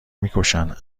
میکشن